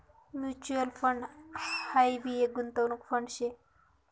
mutual fund हाई भी एक गुंतवणूक फंड शे